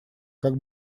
как